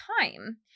time